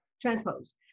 transpose